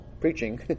preaching